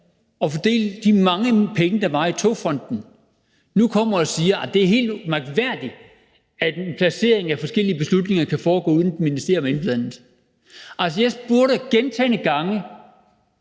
at fordele de mange penge, der var i Togfonden DK, nu kommer og siger, at det er helt mærkværdigt, at en placering af forskellige beslutninger kan foregå, uden at et ministerium er indblandet. Altså, jeg spurgte gentagne gange